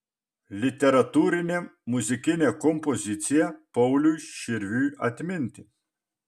literatūrinė muzikinė kompozicija pauliui širviui atminti